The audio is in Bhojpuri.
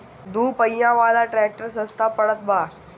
दू पहिया वाला ट्रैक्टर सस्ता पड़त बा